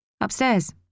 Upstairs